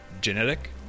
Genetic